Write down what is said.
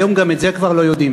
היום גם את זה כבר לא יודעים.